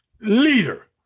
leader